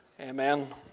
Amen